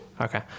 Okay